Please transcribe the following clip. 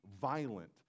violent